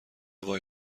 وای